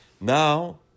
Now